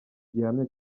gihamya